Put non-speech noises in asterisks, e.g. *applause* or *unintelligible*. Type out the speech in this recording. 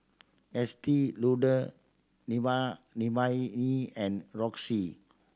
Estee Lauder *unintelligible* E and Roxy